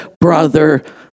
Brother